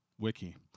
wiki